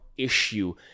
issue